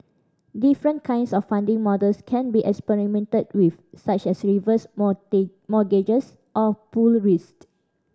different kinds of funding models can be experimented with such as reverse mortgages or pooled risk